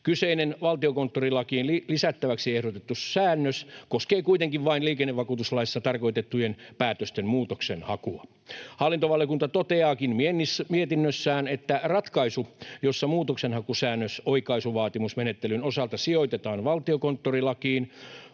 Kyseinen valtiokonttorilakiin lisättäväksi ehdotettu säännös koskee kuitenkin vain liikennevakuutuslaissa tarkoitettujen päätösten muutoksenhakua. Hallintovaliokunta toteaakin mietinnössään, että ratkaisu, jossa muutoksenhakusäännös oikaisuvaatimusmenettelyn osalta sijoitetaan valtiokonttorilakiin,